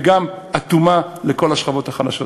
וגם אטומה לכל השכבות החלשות.